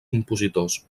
compositors